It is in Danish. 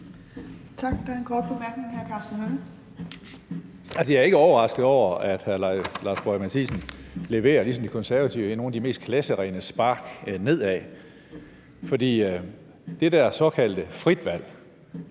jeg er ikke overrasket over, at hr. Lars Boje Mathiesen leverer, ligesom De Konservative, et af de mest klasserene spark nedad. For det der såkaldte frie valg